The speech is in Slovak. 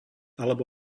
alebo